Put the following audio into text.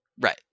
Right